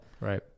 Right